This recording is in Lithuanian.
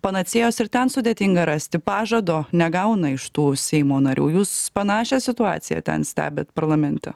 panacėjos ir ten sudėtinga rasti pažado negauna iš tų seimo narių jūs panašią situaciją ten stebit parlamente